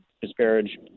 disparage